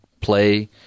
play